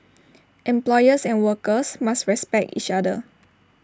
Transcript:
employers and workers must respect each other